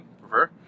prefer